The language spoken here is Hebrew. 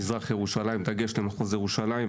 במזרח ירושלים בדגש על מחוז ירושלים.